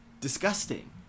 disgusting